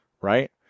right